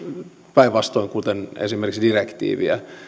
päinvastoin kuin esimerkiksi direktiiviä